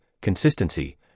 consistency